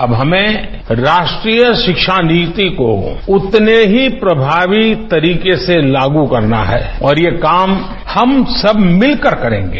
अब हमें राष्ट्रीय शिक्षा नीति को उतने की प्रभावी तरीके से लागू करना है और ये काम हम सब भिलकर करेंगे